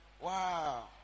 wow